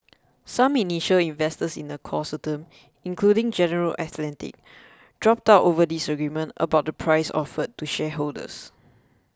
some initial investors in the consortium including General Atlantic dropped out over disagreement about the price offered to shareholders